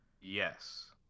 Yes